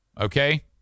Okay